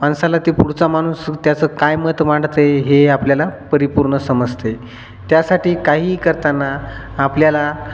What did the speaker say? माणसाला ते पुढचा माणूस त्याचं काय मत मांडतं हे आपल्याला परिपूर्ण समजते त्यासाठी काहीही करताना आपल्याला